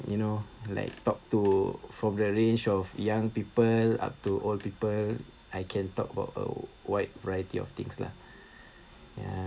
you know like talk to from the range of young people up to old people I can talk about a wide variety of things lah ya